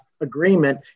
agreement